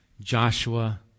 Joshua